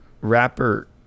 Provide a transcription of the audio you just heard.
rapper